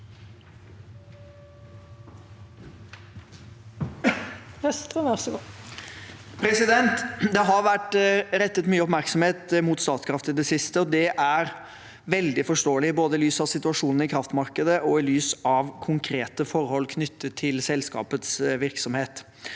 Det har vært rettet mye oppmerksomhet mot Statkraft i det siste, og det er veldig forståelig, både i lys av situasjonen i kraftmarkedet og i lys av konkrete forhold knyttet til selskapets virksomhet.